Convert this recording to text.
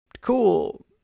cool